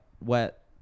Wet